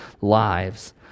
lives